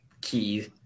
key